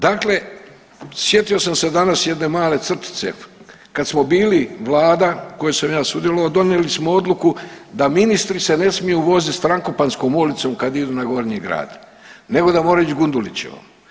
Dakle, sjetio sam se danas jedne male crtice, kad smo bili vlada u kojoj sam ja sudjelovao donijeli smo odluku da ministri se ne smiju voziti Frankopanskom ulicom kad idu na Gornji grad nego da moraju ići Gundulićevom.